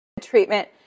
treatment